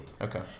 Okay